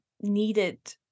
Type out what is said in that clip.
needed